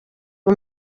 ubu